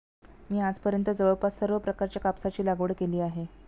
मी आजपर्यंत जवळपास सर्व प्रकारच्या कापसाची लागवड केली आहे